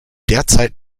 derzeit